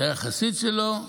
שהיה חסיד שלו,